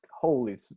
holy